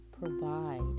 provide